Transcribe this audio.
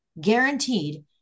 guaranteed